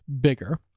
bigger